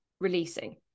releasing